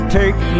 take